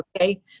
Okay